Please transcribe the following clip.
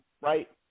right